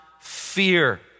fear